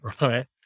right